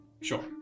Sure